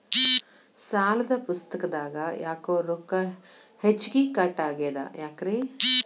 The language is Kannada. ಸಾಲದ ಪುಸ್ತಕದಾಗ ಯಾಕೊ ರೊಕ್ಕ ಹೆಚ್ಚಿಗಿ ಕಟ್ ಆಗೆದ ಯಾಕ್ರಿ?